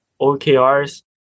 OKRs